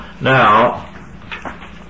Now